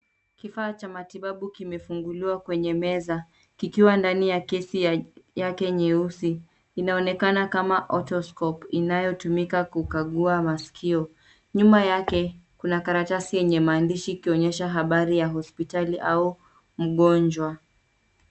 Kifaa cha matibabu kimefunguliwa kwenye meza, kikiwa ndani ya case ya yake nyeusi. Inaonekana kama otoscope , inayotumika kukagua masikio. Nyuma yake, kuna karatasi yenye maandishi ikionyesha habari ya hospitali au mgonjwa.